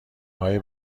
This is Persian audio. های